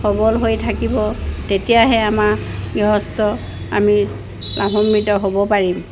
সবল হৈ থাকিব তেতিয়াহে আমাৰ গৃহস্থ আমি লাভাম্বিত হ'ব পাৰিম